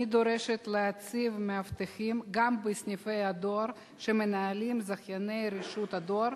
אני דורשת להציב מאבטחים גם בסניפי הדואר שמנהלים זכייני רשות הדואר,